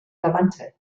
verwandte